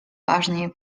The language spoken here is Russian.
важные